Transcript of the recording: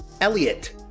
Elliot